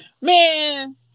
man